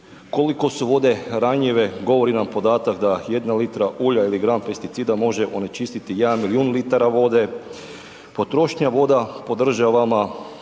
koliko su vode ranjive govori nam podatak da jedna litra ulja ili gram pesticida može onečistiti jedan milijun litara vode, potrošnja voda po državama,